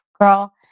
girl